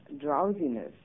drowsiness